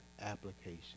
application